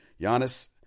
Giannis